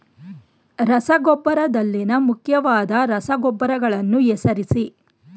ರಸಗೊಬ್ಬರದಲ್ಲಿನ ಮುಖ್ಯವಾದ ರಸಗೊಬ್ಬರಗಳನ್ನು ಹೆಸರಿಸಿ?